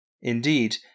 Indeed